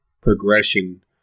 progression